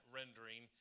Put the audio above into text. rendering